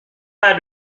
pas